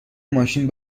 ماشین